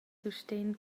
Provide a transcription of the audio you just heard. sustegn